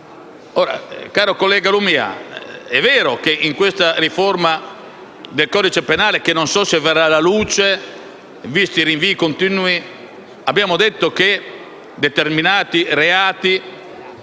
Caro collega Lumia, è vero che in questa riforma del codice penale, che non so se verrà alla luce visti i continui rinvii, abbiamo previsto che per determinati reati